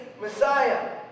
Messiah